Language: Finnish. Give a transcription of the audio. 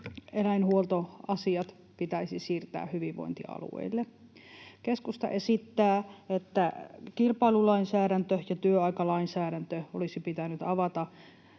eläinhuoltoasiat pitäisi siirtää hyvinvointialueille. Keskusta esittää, että kilpailulainsäädäntö ja työaikalainsäädäntö olisi pitänyt avata